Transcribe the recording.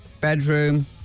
bedroom